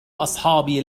أصحابي